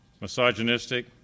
misogynistic